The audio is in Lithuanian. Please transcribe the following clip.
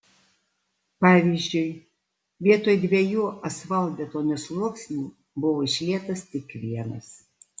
pavyzdžiui vietoj dviejų asfaltbetonio sluoksnių buvo išlietas tik vienas